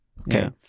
okay